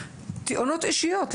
תאונות אישיות,